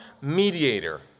mediator